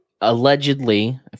allegedly